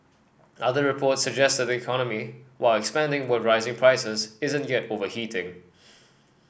other reports suggest the economy while expanding with rising prices isn't yet overheating